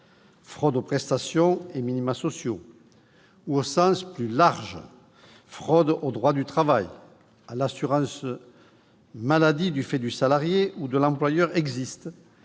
fraude aux prestations et minima sociaux -ou au sens large- fraude au droit du travail, à l'assurance maladie du fait du salarié ou de l'employeur -existe,